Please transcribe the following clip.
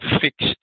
fixed